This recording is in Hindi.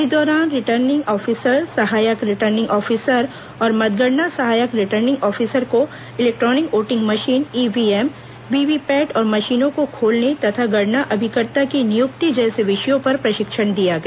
इस दौरान रिटर्निंग ऑफिसर सहायक रिटर्निंग ऑफिसर और मतगणना सहायक रिटर्निंग ऑफिसर को इलेक्ट्रॉनिक वोटिंग मशीन ईव्हीएम और वीवीपैट मशीनों को खोलने तथा गणना अभिकर्ता की नियुक्ति जैसे विषयों पर प्रशिक्षण दिया गया